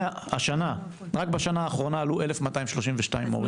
רק בשנה האחרונה עלו 1,232 מורים.